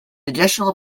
additional